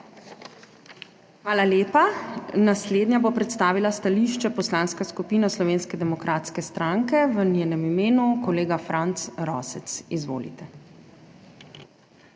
Hvala lepa. Naslednja bo predstavila stališče Poslanska skupina Slovenske demokratske stranke, v njenem imenu kolega Franc Rosec. Izvolite.